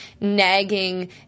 nagging